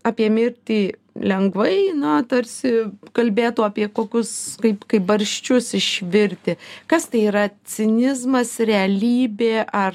apie mirtį lengvai na tarsi kalbėtų apie kokius kaip kaip barščius išvirti kas tai yra cinizmas realybė ar